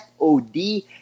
FOD